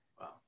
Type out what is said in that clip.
Wow